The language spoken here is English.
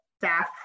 staff